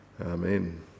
Amen